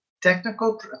technical